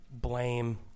blame